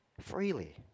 freely